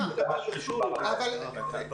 בהמשך לשאלתו של חברי, מהנתונים של הלמ"ס